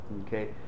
okay